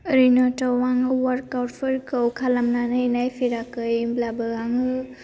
ओरैनोथ' आं work out फोरखौ खालायनानै नायफेराखै होमब्लाबो आङो